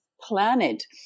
planet